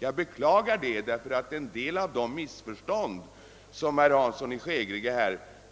Jag beklagar detta eftersom vissa av de missförstånd som herr Hansson